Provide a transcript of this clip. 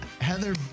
Heather